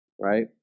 Right